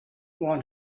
want